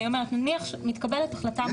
נניח שמתקבלת החלטה מהותית.